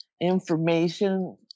information